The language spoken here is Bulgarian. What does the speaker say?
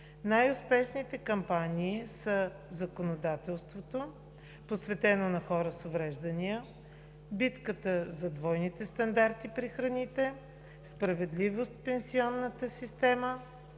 Най-успешните кампании са: законодателството, посветено на хората с увреждания; битката за двойните стандарти при храните; справедливост в пенсионната система;